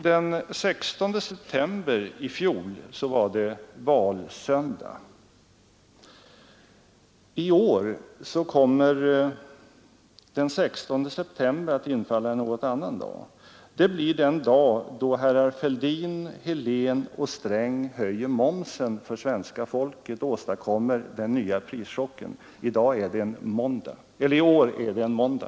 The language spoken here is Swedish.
Den 16 september i fjol var det valsöndag. I år blir den 16 september den dag då herrar Fälldin, Helén och Sträng höjer momsen för svenska folket och åstadkommer den nya prischocken. I år är den 16 betecknande nog en måndag.